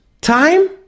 time